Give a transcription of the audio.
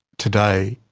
today,